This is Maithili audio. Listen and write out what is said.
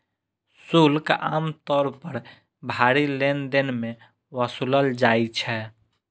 शुल्क आम तौर पर भारी लेनदेन मे वसूलल जाइ छै